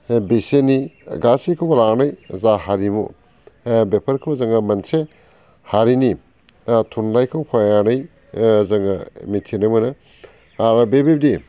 बेसोरनि गासैखौबो लानानै जा हारिमु बेफोरखौ जों मोनसे हारिनि थुनलाइखौ फरायनानै जोङो मिथिनो मोनो आरो बेबायदि